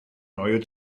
neue